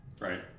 right